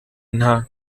nta